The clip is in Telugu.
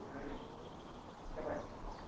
చెప్పండి